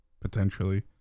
potentially